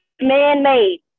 man-made